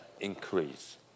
increase